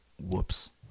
Whoops